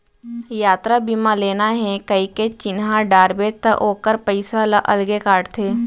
यातरा बीमा लेना हे कइके चिन्हा डारबे त ओकर पइसा ल अलगे काटथे